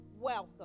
welcome